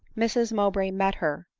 mrs mowbray met her,